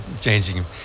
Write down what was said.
changing